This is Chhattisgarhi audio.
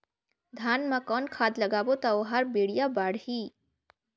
धान मा कौन खाद लगाबो ता ओहार बेडिया बाणही?